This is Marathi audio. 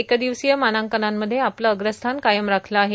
एक दिवसीय मानांकनांमध्ये आपलं अग्रस्थान कायम राखलं आहे